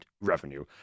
revenue